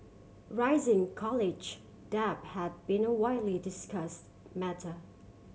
rising college debt has been a widely discussed matter